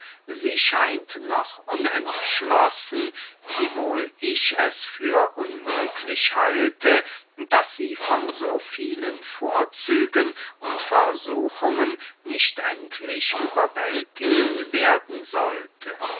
sie scheint noch unentschlossen wiewohl ich es für unmöglich halte daß sie von so vielen vorzügen und versuchungen nicht endlich überwältiget werden sollte